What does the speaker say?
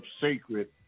sacred